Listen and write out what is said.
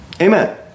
amen